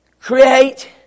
Create